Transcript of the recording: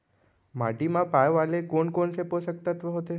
माटी मा पाए वाले कोन कोन से पोसक तत्व होथे?